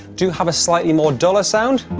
do have a slightly more dollar sound